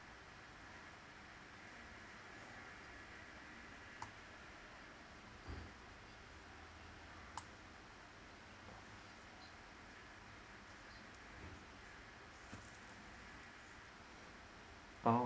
oh